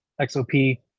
XOP